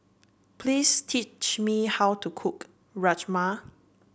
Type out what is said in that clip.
please teach me how to cook Rajma